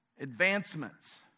advancements